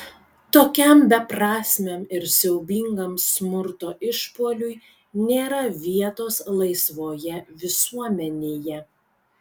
tokiam beprasmiam ir siaubingam smurto išpuoliui nėra vietos laisvoje visuomenėje